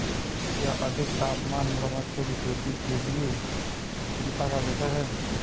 क्या अधिक तापमान मगरमच्छों की खेती के लिए चिंता का विषय है?